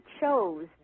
chose